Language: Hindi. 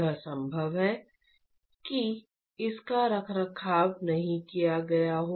यह संभव है कि इसका रखरखाव नहीं किया गया हो